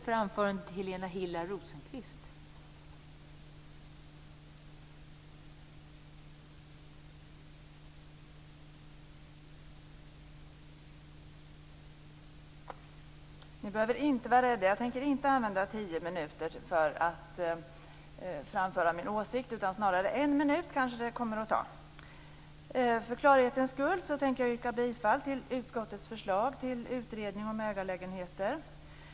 Fru talman! Ni behöver inte vara rädda, jag tänker inte använda tio minuter för att framföra min åsikt utan snarare en minut. För klarhetens skull tänker jag yrka bifall till utskottets förslag till utredning om ägarlägenheter.